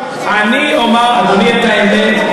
אתה אוחז במשהו רק, אני אומר, אדוני, את האמת.